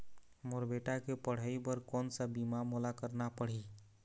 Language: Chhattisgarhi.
मोर बेटा के पढ़ई बर कोन सा बीमा मोला करना पढ़ही?